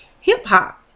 hip-hop